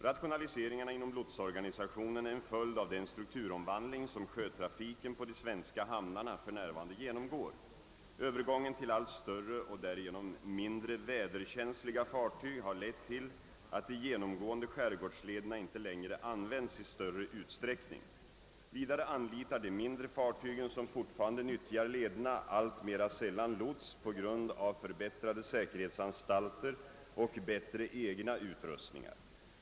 Rationaliseringarna inom lotsorganisationen är en följd av den strukturomvandling, som sjötrafiken på de svenska hamnarna för närvarande genomgår. Övergången till allt större och därigenom mindre väderkänsliga fartyg har lett till att de genomgående skärgårdslederna inte längre används i större utsträckning. Vidare anlitar de mindre fartygen, som fortfarande nyttjar lederna, alltmera sällan lots på grund av förbättrade säkerhetsanstalter och bättre egna utrustningar.